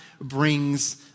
brings